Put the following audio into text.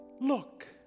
Look